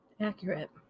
Accurate